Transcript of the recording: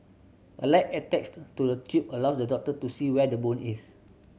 a light attached to the tube allows the doctor to see where the bone is